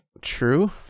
True